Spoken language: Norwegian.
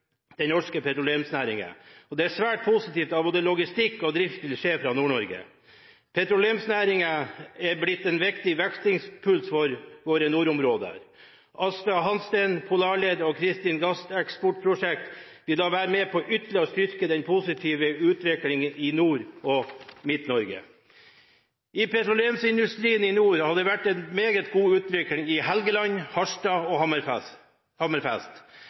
den norske petroleumsnæringen. Det er svært positivt at både logistikk og drift vil skje fra Nord-Norge. Petroleumsnæringen har blitt en viktig vekstimpuls for våre nordområder. Aasta Hansteen, Polarled og Kristin gasseksportprosjekt vil være med på ytterligere å styrke den positive utviklingen i Nord-Norge og Midt-Norge. I petroleumsindustrien i nord har det vært en meget god utvikling i Helgeland, Harstad og Hammerfest.